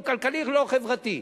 לא כלכלי ולא חברתי.